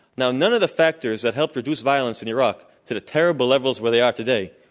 now, none of the factors that helped reduce violence in iraq to the terrible levels where they are today,